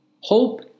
Hope